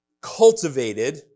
cultivated